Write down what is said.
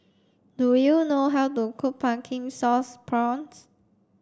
do you know how to cook pumpkin sauce prawns